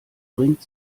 bringt